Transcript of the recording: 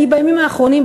אני בימים האחרונים,